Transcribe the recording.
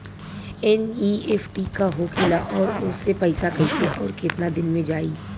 NEFT का होखेला और ओसे पैसा कैसे आउर केतना दिन मे जायी?